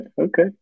okay